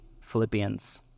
Philippians